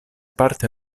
parte